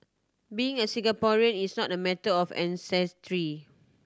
being a Singaporean is not a matter of ancestry